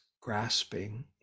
grasping